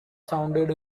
sounded